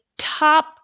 top